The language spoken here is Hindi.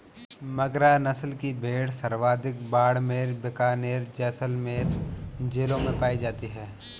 मगरा नस्ल की भेड़ सर्वाधिक बाड़मेर, बीकानेर, जैसलमेर जिलों में पाई जाती है